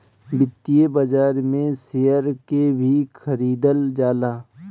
वित्तीय बाजार में शेयर के भी खरीदल जाला